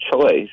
choice